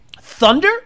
Thunder